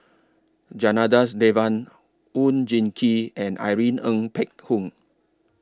Janadas Devan Oon Jin Gee and Irene Ng Phek Hoong